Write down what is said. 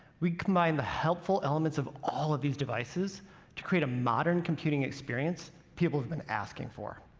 we combined the helpful elements of all of these devices to create a modern computing experience people have been asking for.